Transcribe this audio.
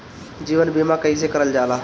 जीवन बीमा कईसे करल जाला?